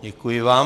Děkuji vám.